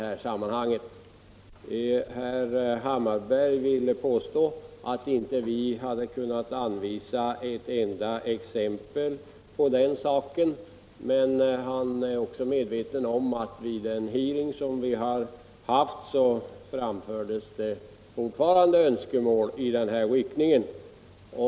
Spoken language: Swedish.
Herr Hammarberg ville påstå att vi inte hade kunnat redovisa ett enda exempel på den saken. Men han är också medveten om att i den hearing utskottet hade framfördes fortfarande önskemål i den här riktningen.